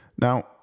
Now